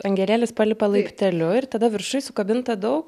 angelėlis palipa laipteliu ir tada viršuj sukabinta daug